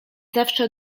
zawsze